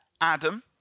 Adam